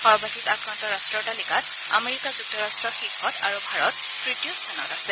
সৰ্বাধিক আক্ৰান্ত ৰাষ্টৰ তালিকাত আমেৰিকা যুক্তৰাষ্ট শীৰ্ষত আৰু ভাৰত তৃতীয় স্থানত আছে